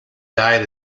died